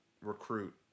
recruit